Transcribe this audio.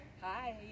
Hi